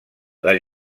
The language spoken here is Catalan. les